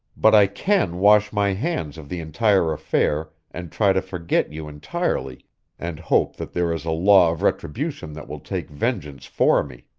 but i can wash my hands of the entire affair and try to forget you entirely and hope that there is a law of retribution that will take vengeance for me.